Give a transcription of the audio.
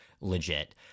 Legit